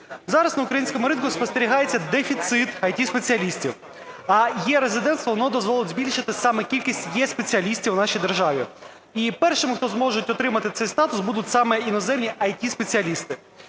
Зараз на українському ринку спостерігається дефіцит ІТ спеціалістів, а е-резидентство, воно дозволить збільшити саме кількість е-спеціалістів у нашій державі. І перші, хто зможе отримати цей статус, будуть саме іноземні ІТ-спеціалісти.